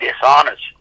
dishonest